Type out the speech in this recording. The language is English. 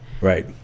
Right